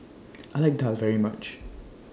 I like Daal very much